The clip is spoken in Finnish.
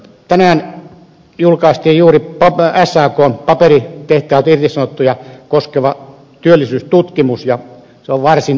tänään juuri julkaistiin sakn paperitehtailta irtisanottuja koskeva työllisyystutkimus ja se on varsin hälyttävä